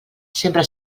sempre